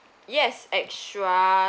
yes extra